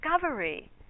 discovery